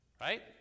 right